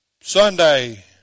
Sunday